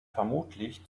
vermutlich